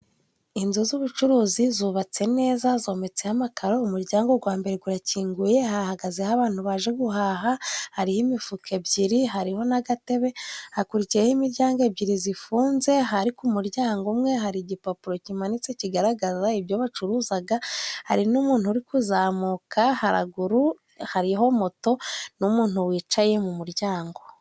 Inzu z'ubucuruzi zubatse neza zometseho amakaro, umuryango gwa mbere gurakinguye hahagazeho abantu baje guhaha, hariho imifuka ebyiri, hariho n'agatebe. Hakurikiyeho imiryango ebyiri zifunze, hari umuryango umwe hari igipapuro kimanitse kigaragaza ibyo bacuruzaga, hari n'umuntu uri kuzamuka haraguru hariho moto n'umuntu wicaye mu muryango.